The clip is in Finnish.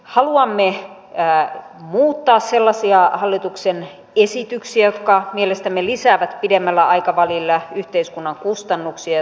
haluamme elää uutta sellasia hallituksen esityksiä jotka mielestämme lisäävät pidemmällä aikavälillä yhteiskunnan kustannuksia